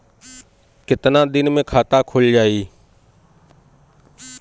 कितना दिन मे खाता खुल जाई?